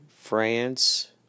France